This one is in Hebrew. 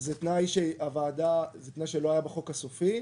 זה תנאי שלא היה בחוק הסופי.